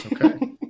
Okay